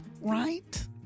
right